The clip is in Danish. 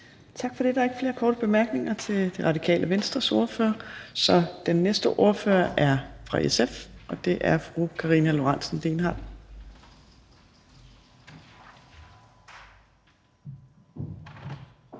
Tak for det. Der er ikke flere korte bemærkninger til Det Radikale Venstres ordfører. Den næste ordfører er fra SF, og det er fru Karina Lorentzen Dehnhardt.